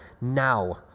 now